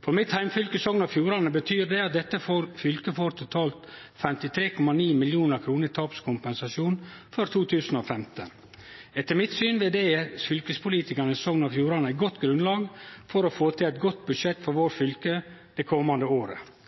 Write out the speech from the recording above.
For mitt heimfylke, Sogn og Fjordane, betyr det at dette fylket får totalt 53,9 mill. kr i tapskompensasjon for 2015. Etter mitt syn vil det gje fylkespolitikarane i Sogn og Fjordane eit godt grunnlag for å få til eit godt budsjett for vårt fylke det komande året.